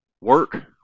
work